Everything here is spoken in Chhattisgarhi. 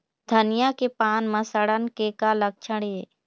धनिया के पान म सड़न के का लक्षण ये?